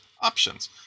options